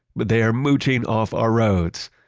but they are mooching off our roads.